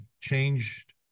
changed